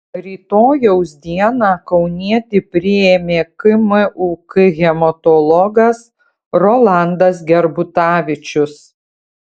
rytojaus dieną kaunietį priėmė kmuk hematologas rolandas gerbutavičius